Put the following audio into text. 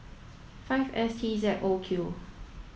five S T Z O Q